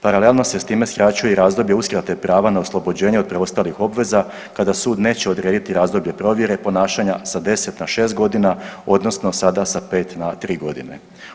Paralelno se s time skraćuje i razdoblje uskrate prava na oslobođenje od preostalih obveza kada sud neće odrediti razdoblje provjere i ponašanja sa 10 na 6 godina odnosno sada sa 5 na 3 godine.